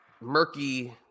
murky